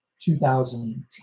2010